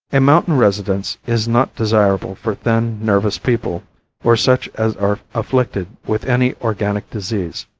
a mountain residence is not desirable for thin, nervous people or such as are afflicted with any organic disease.